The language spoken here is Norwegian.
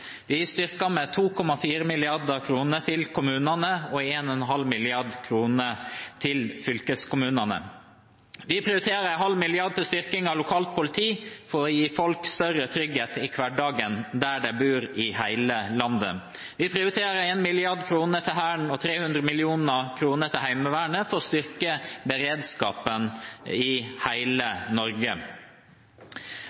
vi styrker kommunene med 2,4 mrd. kr og fylkeskommunene med 1,5 mrd. kr. Vi prioriterer 0,5 mrd. kr til styrking av lokalt politi for å gi folk større trygghet i hverdagen, der de bor, i hele landet. Vi prioriterer 1 mrd. kr til Hæren og 300 mill. kr til Heimevernet for å styrke beredskapen i